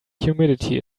humidity